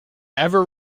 ever